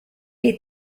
est